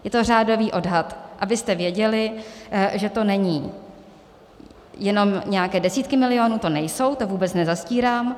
Je to řádový odhad, abyste věděli, že to nejsou jenom nějaké desítky milionů, to nejsou, to vůbec nezastírám.